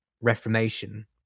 Reformation